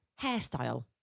hairstyle